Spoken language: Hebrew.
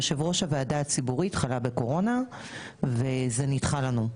יושב-ראש הוועדה הציבורית חלה בקורונה וזה נדחה לנו.